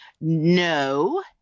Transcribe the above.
No